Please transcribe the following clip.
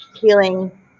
healing